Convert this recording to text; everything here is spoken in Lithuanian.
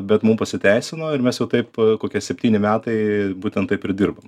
bet mum pasiteisino ir mes jau taip kokie septyni metai būtent taip ir dirbam